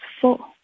four